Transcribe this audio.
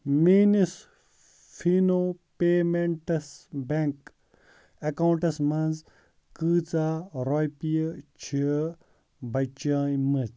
میٛٲنِس فیٖنو payments bank accounts منٛز کٕژاہ رۄپیہِ چھِ بچےمٕژ